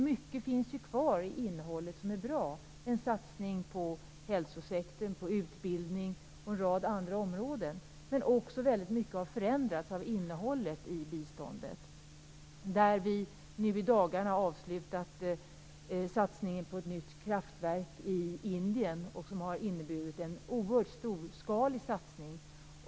Mycket som är bra finns ju kvar - en satsning på hälsosektorn, på utbildning och på en rad andra områden. Men väldigt mycket av innehållet i biståndet har förändrats. Nu i dagarna har vi avslutat satsningen på ett nytt kraftverk i Indien, som har varit en oerhört storskalig satsning.